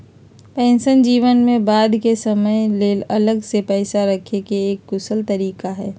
pension जीवन में बाद के समय ले अलग से पैसा रखे के एक कुशल तरीका हय